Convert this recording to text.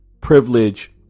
privilege